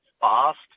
fast